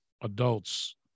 adults